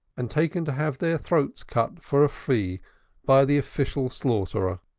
and taken to have their throats cut for a fee by the official slaughterer.